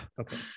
Okay